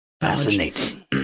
Fascinating